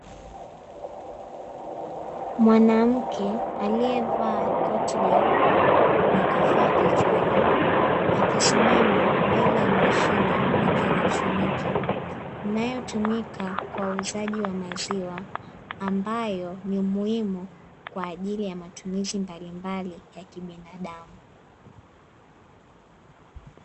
Mwanamke aliyevaa koti jeupe na kofia kichwani, akisimama mbele ya mashine ya kielektroniki inayotumika kwa uuzaji wa maziwa ambayo ni muhimu kwa ajili ya matumizi mbalimbali ya kibinadamu.